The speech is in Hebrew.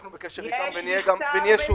אנחנו בקשר אתם, ונהיה שוב.